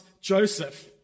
Joseph